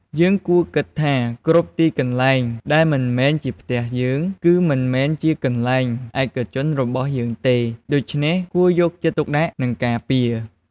យើងគួរគិតថា គ្រប់ទីកន្លែងដែលមិនមែនជាផ្ទះយើង គឺមិនមែនជាកន្លែងឯកជនរបស់យើងទេ ដូច្នេះគួរយកចិត្តទុកដាក់ និងការពារ។